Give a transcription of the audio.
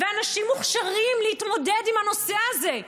ואנשים מוכשרים להתמודד עם הנושא הזה.